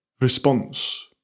response